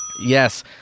Yes